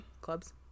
clubs